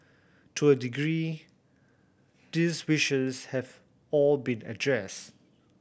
to a degree these wishes have all been addressed